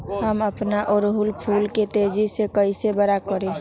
हम अपना ओरहूल फूल के तेजी से कई से बड़ा करी?